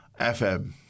FM